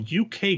UK